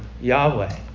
Yahweh